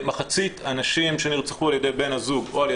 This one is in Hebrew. שמחצית הנשים שנרצחו על ידי בן הזוג או ע"י